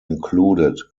included